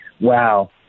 wow